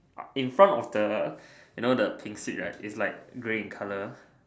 in front of the you know the pink seat right it's grey in color